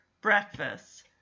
breakfast